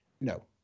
no